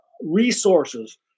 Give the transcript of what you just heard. resources